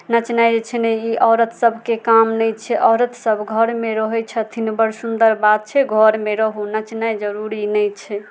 नचनाइ जे छै नै ई औरत सभके काम नै छै औरत सभ घरमे रहै छथिन बड़ सुन्दर बात छै घरमे रहू नचनाइ जरूरी नै छै